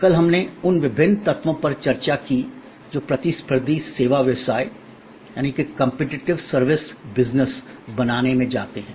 कल हमने उन विभिन्न तत्वों पर चर्चा की जो प्रतिस्पर्धी सेवा व्यवसाय competitive service business competitive service business बनाने में जाते हैं